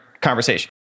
conversation